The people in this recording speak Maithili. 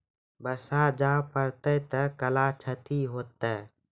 बरसा जा पढ़ते थे कला क्षति हेतै है?